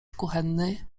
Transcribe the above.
kuchenny